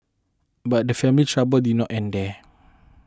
but the family's trouble did not end there